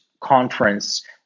conference